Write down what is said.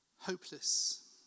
hopeless